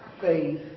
faith